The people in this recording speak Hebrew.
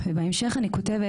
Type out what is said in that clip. בהמשך אני כותבת,